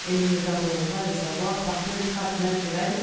et nous ne tarderons pas à savoir par quelle trappe naturelle